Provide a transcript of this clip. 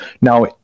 now